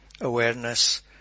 awareness